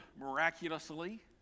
miraculously